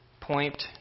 point